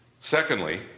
Secondly